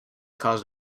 caused